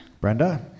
Brenda